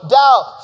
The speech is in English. doubt